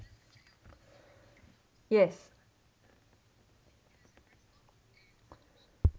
yes